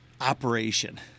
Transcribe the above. Operation